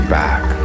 back